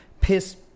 piss